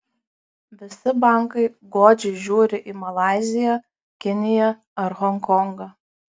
visi bankai godžiai žiūri į malaiziją kiniją ar honkongą